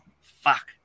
Fuck